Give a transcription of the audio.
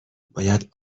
باید